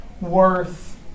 worth